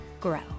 grow